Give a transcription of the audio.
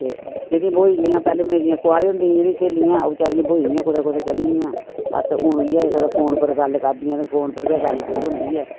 ते जेह्ड़ियां ब्होई दियां पैह्ले मतलब मेरे कुआरें होंदे दियां स्हेलियां ओह् बेचारियां ब्होई गेइयां कुदै कुदै चली गेइयां बस इ'यै हून कुतै फोन पर गल्ल करदियां ते फोन उप्पर गै गल्ल गुल्ल होंदी ऐ